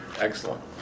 Excellent